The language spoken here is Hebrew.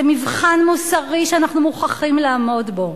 זה מבחן מוסרי שאנחנו מוכרחים לעמוד בו.